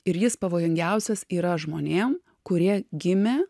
ir jis pavojingiausias yra žmonėm kurie gimė